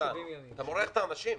אתה מורח את האנשים.